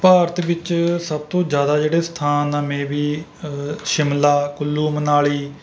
ਭਾਰਤ ਵਿੱਚ ਸਭ ਤੋਂ ਜ਼ਿਆਦਾ ਜਿਹੜੇ ਸਥਾਨ ਆ ਮੇਅ ਬੀ ਸ਼ਿਮਲਾ ਕੁੱਲੂ ਮਨਾਲੀ